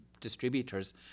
distributors